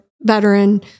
veteran